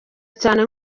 cyane